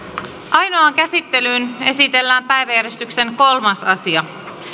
ainoaan käsittelyyn esitellään päiväjärjestyksen kolmas asia